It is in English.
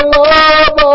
love